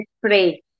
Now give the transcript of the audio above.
pray